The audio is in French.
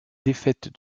défaite